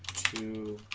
to